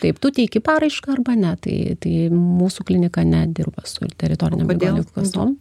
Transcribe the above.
taip tu teiki paraišką arba ne tai tai mūsų klinika nedirba su teritorinėm ligonių kasom